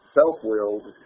self-willed